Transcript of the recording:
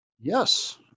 Yes